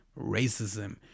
racism